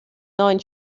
neuen